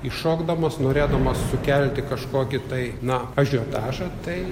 įšokdamas norėdamas sukelti kažkokį tai na ažiotažą tai